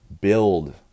Build